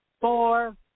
four